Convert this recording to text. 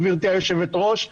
גברתי היושבת-ראש,